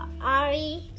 Ari